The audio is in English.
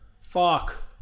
Fuck